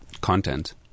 content